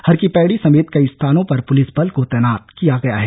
हरकी पैड़ी समेत कई स्थानों पर पुलिस बल को तैनात किया गया है